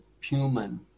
human